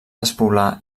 despoblar